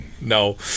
No